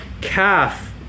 calf